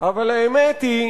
אבל האמת היא